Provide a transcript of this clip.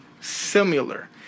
similar